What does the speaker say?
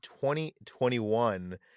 2021